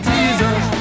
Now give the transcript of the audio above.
Jesus